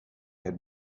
had